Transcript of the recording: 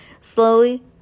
Slowly